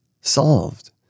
solved